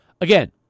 again